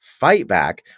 Fightback